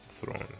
throne